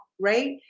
right